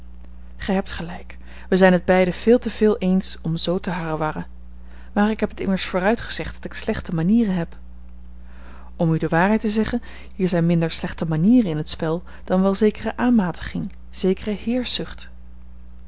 gij hebt gelijk wij zijn het beiden veel te veel eens om zoo te harrewarren maar ik heb het immers vooruit gezegd dat ik slechte manieren heb om u de waarheid te zeggen hier zijn minder slechte manieren in het spel dan wel zekere aanmatiging zekere